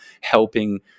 helping